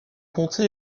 comté